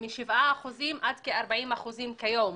משבעה אחוזים עד כ-40 אחוזים כיום.